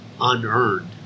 unearned